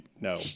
No